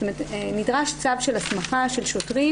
נדרש צו של הסמכה של שוטרים.